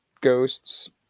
ghosts